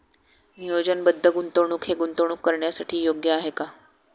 नियोजनबद्ध गुंतवणूक हे गुंतवणूक करण्यासाठी योग्य आहे का?